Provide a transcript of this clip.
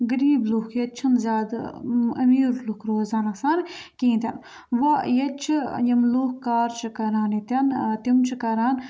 غریٖب لُکھ ییٚتہِ چھِنہٕ زیادٕ امیٖر لُکھ روزان آسان کِہیٖنۍ تہِ نہٕ وۄنۍ ییٚتہِ چھِ یِم لُکھ کار چھِ کَران ییٚتٮ۪ن تِم چھِ کَران